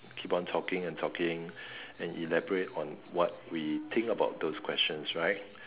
keep on talking and talking and elaborate on what we think about those questions right